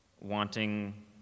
wanting